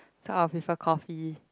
so I'll prefer coffee